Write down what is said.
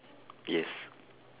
yes